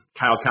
Kyle